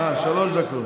שלוש דקות.